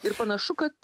ir panašu kad